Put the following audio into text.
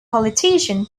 politician